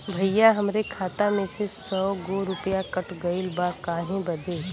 भईया हमरे खाता में से सौ गो रूपया कट गईल बा काहे बदे?